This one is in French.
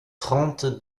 trente